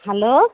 hello